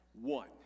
one